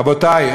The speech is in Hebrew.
רבותי,